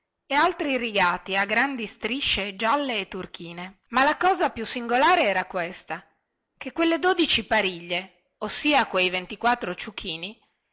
e altri rigati a grandi strisce gialle e turchine ma la cosa più singolare era questa che quelle dodici pariglie ossia quei ventiquattro ciuchini